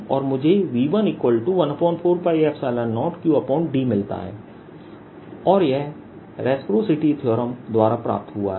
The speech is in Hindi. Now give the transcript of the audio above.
और मुझे V114π0Qd मिलता है और यह रेसप्रासिटी थीअरम द्वारा प्राप्त हुआ है